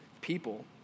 people